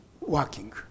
working